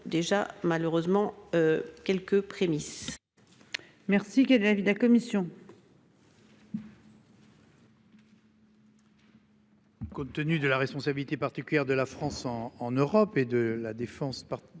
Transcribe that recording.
déjà malheureusement. Quelques prémices.